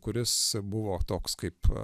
kuris buvo toks kaip